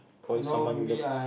for someone you love